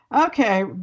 Okay